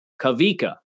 Kavika